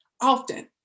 often